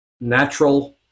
Natural